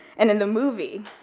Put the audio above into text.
and in the movie,